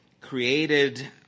created